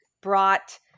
brought